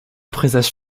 présage